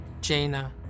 Jaina